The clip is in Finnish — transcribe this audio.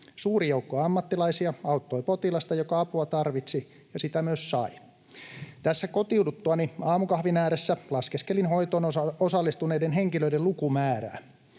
Suuri joukko ammattilaisia auttoi potilasta, joka apua tarvitsi ja sitä myös sai. Kotiuduttuani aamukahvin ääressä laskeskelin hoitoon osallistuneiden henkilöiden lukumäärää.